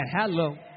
Hello